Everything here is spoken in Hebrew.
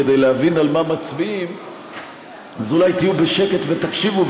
כדי להבין על מה מצביעים אז אולי תהיו בשקט ותקשיבו,